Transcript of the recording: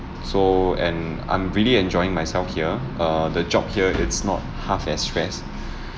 so and I'm really enjoying myself here uh the job here it's not half as stressed